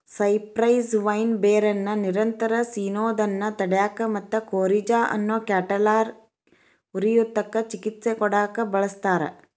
cypress vine ಬೇರನ್ನ ನಿರಂತರ ಸಿನೋದನ್ನ ತಡ್ಯಾಕ ಮತ್ತ ಕೋರಿಜಾ ಅನ್ನೋ ಕ್ಯಾಟರಾಲ್ ಉರಿಯೂತಕ್ಕ ಚಿಕಿತ್ಸೆ ಕೊಡಾಕ ಬಳಸ್ತಾರ